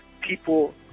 people